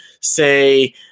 say